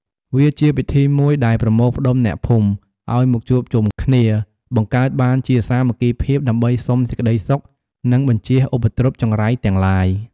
វាជាពិធីមួយដែលប្រមូលផ្ដុំអ្នកភូមិ ឲ្យមកជួបជុំគ្នា បង្កើតបានជាសាមគ្គីភាព ដើម្បីសុំសេចក្តីសុខនិងបញ្ជៀសឧបទ្រពចង្រៃទាំងឡាយ។